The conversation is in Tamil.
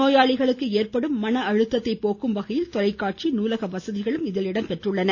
நோயாளிகளுக்கு ஏற்படும் மன அழுத்தத்தைப் போக்கும் வகையில் தொலைக்காட்சி நூலக வசதிகளும் இதில் இடம்பெற்றுள்ளன